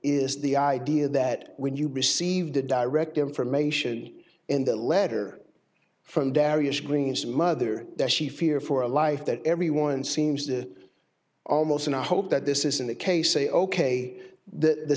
is the idea that when you receive the direct information in the letter from dario's green's mother that she fear for a life that everyone seems to almost and i hope that this isn't the case say ok the